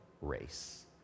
race